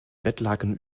bettlaken